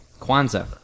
Kwanzaa